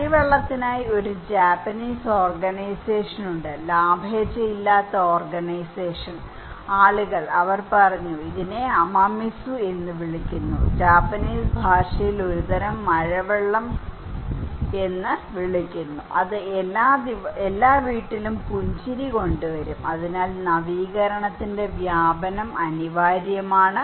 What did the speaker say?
മഴവെള്ളത്തിനായി ഒരു Japanese organisation ഉണ്ട് ലാഭേച്ഛയില്ലാത്ത ഓർഗനൈസേഷൻ ആളുകൾ അവർ പറഞ്ഞു ഇതിനെ അമമിസു എന്ന് വിളിക്കുന്നു ജാപ്പനീസ് ഭാഷയിൽ ഒരുതരം മഴവെള്ളം എന്ന് വിളിക്കുന്നു അത് എല്ലാ വീട്ടിലും പുഞ്ചിരി കൊണ്ടുവരും അതിനാൽ നവീകരണത്തിന്റെ വ്യാപനം അനിവാര്യമാണ്